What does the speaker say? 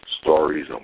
stories